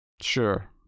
sure